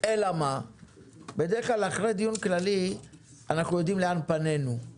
אלא שבדרך כלל אחרי דיון כללי אנחנו יודעים לאן פנינו.